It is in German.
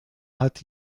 hat